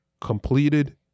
completed